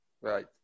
right